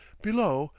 below,